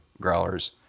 growlers